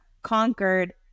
conquered